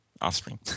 offspring